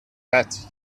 that